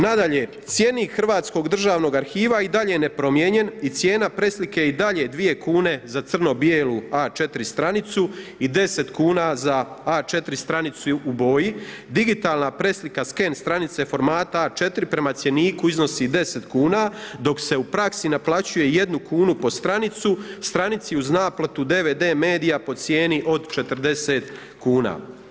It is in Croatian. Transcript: Nadalje, cjenik Hrvatskog državnog arhiva i dalje je nepromijenjen i cijena preslike je i dalje dvije kune za crno-bijelu A4 stranicu i i 10 kuna za A4 stranicu u boji, digitalna preslika scan stranice A4 prema cjeniku iznosi 10 kuna, dok se u praksi naplaćuje 1 kunu po stranici, uz naplatu DVD medija po cijeni od 40 kuna.